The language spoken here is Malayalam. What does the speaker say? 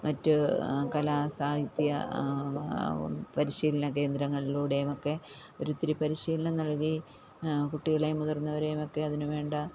മറ്റ് കലാ സാഹിത്യ പരിശീലന കേന്ദ്രങ്ങളിലൂടെയുമൊക്കെ അവർ ഒത്തിരി പരിശീലനം നൽകി കുട്ടികളെയും മുതിർന്നവരെയുമൊക്കെ അതിന് വേണ്ട